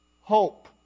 hope